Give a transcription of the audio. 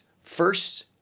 first